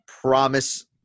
promise